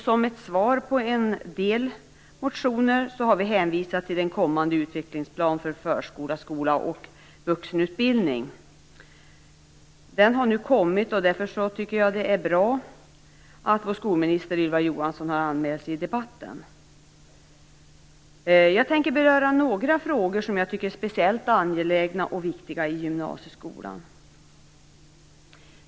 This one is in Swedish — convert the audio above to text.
Som ett svar på en del motioner har vi hänvisat till den kommande Utvecklingsplan för förskola, skola och vuxenutbildning. Den har nu kommit, och därför tycker jag att det är bra att vår skolminister Ylva Johansson har anmält sig till debatten. Jag tänker beröra några frågor som jag tycker är speciellt angelägna och viktiga i gymnasieskolan.